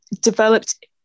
developed